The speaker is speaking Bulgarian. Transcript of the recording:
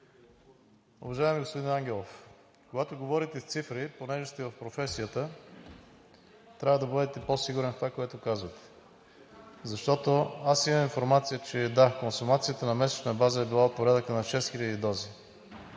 Уважаеми господин Ангелов, когато говорите с цифри, тъй като сте в професията, трябва да бъдете по-сигурен в това, което казвате, защото аз имам информация, че – да, консумацията на месечна база е била от порядъка на 6 хиляди дози.